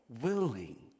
willing